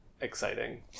exciting